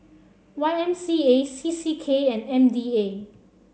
Y M C A C C K and M D A